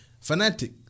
Fanatic